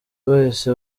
bahise